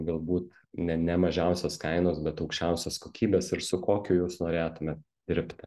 galbūt ne ne mažiausios kainos bet aukščiausios kokybės ir su kokiu jūs norėtumėt dirbti